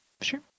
Sure